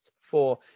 four